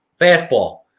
fastball